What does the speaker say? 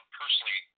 personally